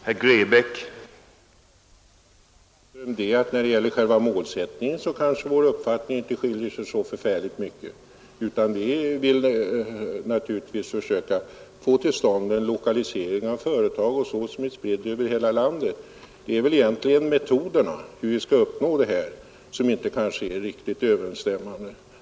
Herr talman! Får jag säga herr Engström att när det gäller själva målsättningen kanske inte våra uppfattningar skiljer sig så förfärligt mycket. Vi vill naturligtvis försöka få till stånd en lokalisering av företag osv. som är spridd över hela landet. Det är kanske egentligen metoderna för hur vi skall uppnå det målet som inte är riktigt överensstämmande.